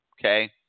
Okay